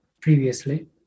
previously